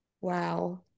wow